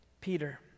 Peter